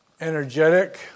Energetic